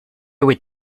would